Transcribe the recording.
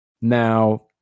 Now